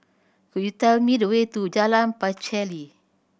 could you tell me the way to Jalan Pacheli